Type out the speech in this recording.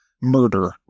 murder